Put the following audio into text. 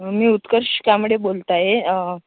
मी उत्कर्ष कांबडे बोलत आहे